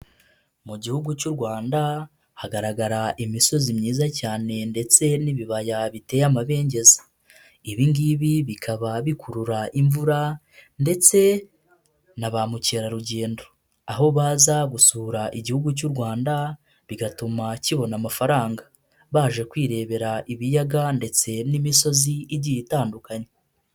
Mu Gihugu cy'u Rwanda hagaragara imisozi myiza cyane ndetse n'ibibaya biteye amabengeza, ibi ngibi bikaba bikurura imvura ndetse na ba mukerarugendo, aho baza gusura Igihugu cy'u Rwanda bigatuma kibona amafaranga, baje kwirebera ibiyaga ndetse n'imisozi igiye itandukanye.